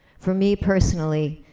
for me personally,